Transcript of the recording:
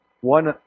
one